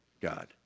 God